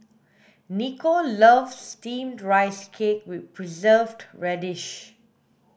Niko loves steamed rice cake with preserved radish